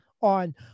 on